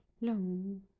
long